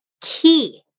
key